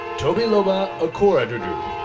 tobiloba okorodudu.